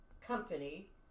company